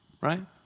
right